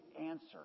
answer